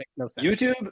YouTube